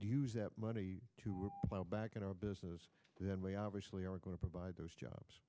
use that money to buy back in our businesses then we obviously are going to provide those jobs